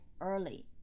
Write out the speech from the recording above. early